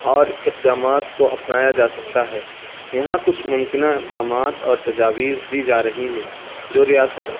اور اقدامات کو اپنایا جا سکتا ہے یہاں کچھ ممکنہ اقدامات اور تجاویز دی جا رہی ہیں جو ریاست